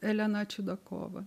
elena čiudakova